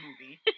movie